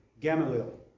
Gamaliel